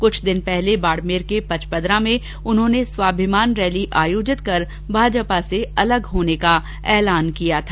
कुछ दिन पूर्व बाड़मेर के पचपदरा में उन्होंने स्वाभिमान रैली आयोजित कर भाजपा से अलग होने का ऐलान किया था